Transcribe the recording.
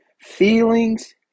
feelings